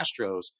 Astros